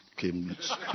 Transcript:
came